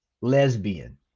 lesbian